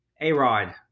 A-Rod